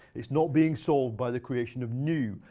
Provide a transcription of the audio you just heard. it's not being solved by the creation of new,